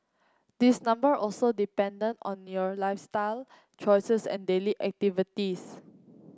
this number also dependent on your lifestyle choices and daily activities